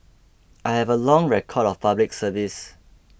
I have a long record of Public Service